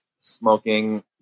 smoking